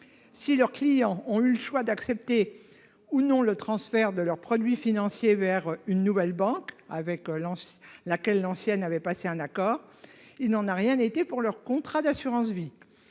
Si les clients ont eu le choix d'accepter ou non le transfert de leurs produits financiers vers la nouvelle banque, avec laquelle l'ancienne avait passé un accord, il n'en a pas été de même pour leur contrat d'assurance vie.